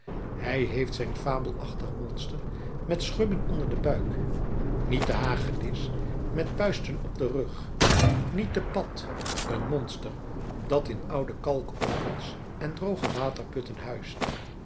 hij heeft zijn fabelachtig monster met schubben onder den buik niet de hagedis met puisten op den rug niet de pad een monster dat in oude kalkovens en droge waterputten huist